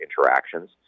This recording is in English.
interactions